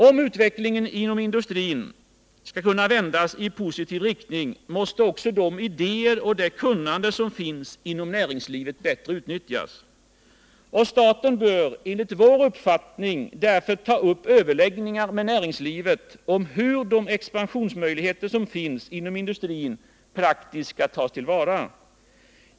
Om utvecklingen inom industrin skall kunna vändas i positiv riktning måste också de idéer och det kunnande som finns inom näringslivet bättre utnyttjas. Staten bör — enligt vår uppfattning — därför ta upp överläggningar med näringslivet om hur de expansionsmöjlighetr som finns inom industrin praktiskt skall tas till vara.